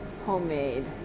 Homemade